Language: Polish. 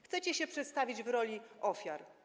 Chcecie się przedstawić w roli ofiar.